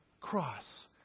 cross